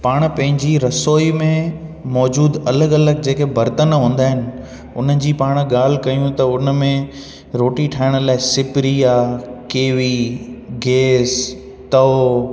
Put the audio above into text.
पाण पंहिंजी रसोई में मौजुदु अलॻि अलॻि जेके बर्तन हूंदा आहिनि उन जी पाण ॻाल्हि कयूं त उन में रोटी ठाहिण लाइ सिपरी आहे केवी गैस तओ